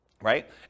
right